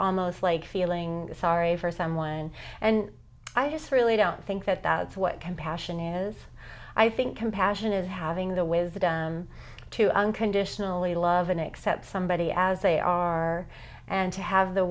almost like feeling sorry for someone and i just really don't think that that's what compassion is i think compassion is having the wisdom to unconditionally love an except somebody as they are and to have the